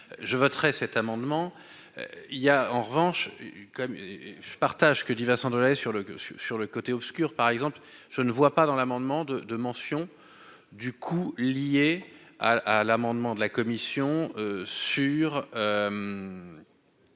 je ne vois pas dans l'amendement de 2 mention du coût lié à l'amendement de la commission sur